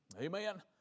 amen